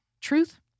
truth